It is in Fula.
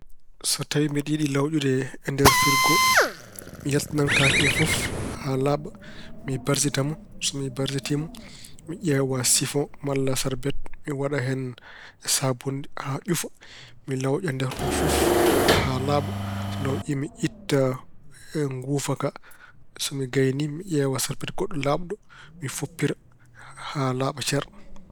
So tawi mbeɗa yiɗi lawƴude nder firgo, mi yaltinan kaake ɗe fof haa laaɓa. Mi barasita mo. So mi barasitiimo, ƴeewa sifoŋ malla sarbet, mi waɗa hen saabunnde haa ƴufa. Mi lawƴa nder o fof haa laaɓa. So lawƴi, mi itta nguufa ka. So mi gaynii, mi ƴeewa sarbete goɗɗo laaɓɗo mi foppira haa laaɓa cer.